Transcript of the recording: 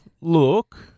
look